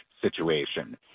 situation